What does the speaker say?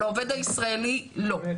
לעובד הישראלי, לא.